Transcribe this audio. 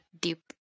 deep